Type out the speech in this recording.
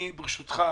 ברשותך,